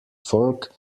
fork